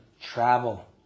travel